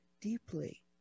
deeply